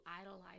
idolize